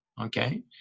okay